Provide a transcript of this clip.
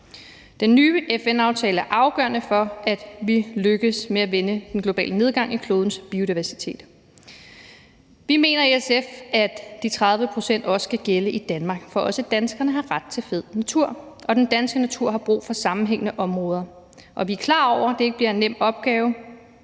Den nye FN-aftale er afgørende for, at vi lykkes med at vende den globale nedgang i klodens biodiversitet. Vi mener i SF, at de 30 pct. også skal gælde i Danmark, for også danskerne har ret til fed natur. Og den danske natur har brug for sammenhængende områder. Vi er klar over, at det ikke bliver en nem opgave;